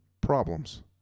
problems